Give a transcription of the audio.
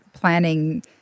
planning